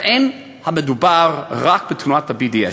ולא מדובר רק בתנועת ה-BDS,